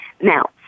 Now